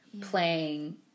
playing